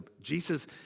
Jesus